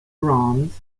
bronze